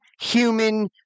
human